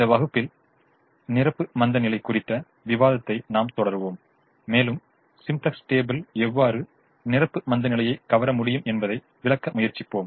இந்த வகுப்பில் நிரப்பு மந்தநிலை குறித்த விவாதத்தை நாம் தொடருவோம் மேலும் சிம்ப்ளக்ஸ் டேபிள் எவ்வாறு நிரப்பு மந்தநிலையைப் கவர முடியும் என்பதை விளக்க முயற்சிப்போம்